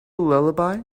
lullaby